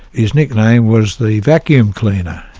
his nickname was the vacuum cleaner,